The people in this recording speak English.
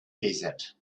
desert